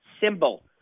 symbol